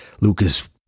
Lucas